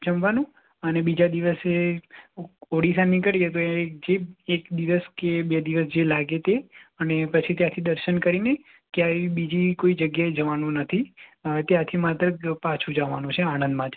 જમવાનું અને બીજા દિવસે ઓડિશા નીકળીએ તો એ જે એક દિવસ કે બે દિવસ જે લાગે તે અને પછી ત્યાંથી દર્શન કરીને ક્યાંય બીજી કોઇ જગ્યાએ જવાનું નથી ત્યાંથી માત્ર પાછું જ આવવાનું છે આણંદ માટે